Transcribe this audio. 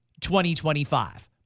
2025